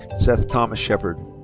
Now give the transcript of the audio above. seth thomas shepard.